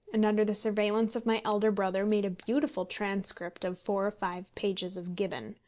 and under the surveillance of my elder brother made a beautiful transcript of four or five pages of gibbon.